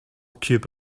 cube